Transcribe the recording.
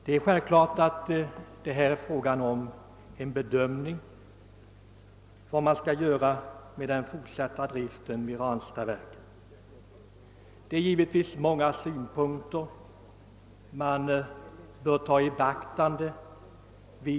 Det är självklart att det här är fråga om en bedömning av möjligheterna till fortsait drift vid Ranstadsverket, och många synpunkter måste givetvis tas i beaktande.